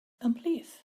ymhlith